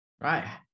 right